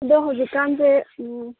ꯑꯗꯣ ꯍꯧꯖꯤꯛꯀꯥꯟꯁꯦ